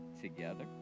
together